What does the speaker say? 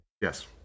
Yes